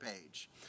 page